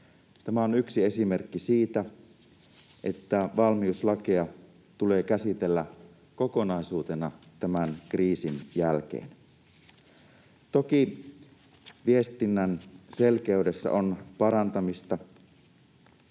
Tämä on yksi esimerkki siitä, että valmiuslakia tulee käsitellä kokonaisuutena tämän kriisin jälkeen. Toki viestinnän selkeydessä on parantamista.